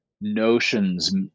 notions